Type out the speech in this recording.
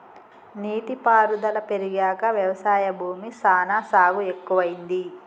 నీటి పారుదల పెరిగాక వ్యవసాయ భూమి సానా సాగు ఎక్కువైంది